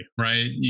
right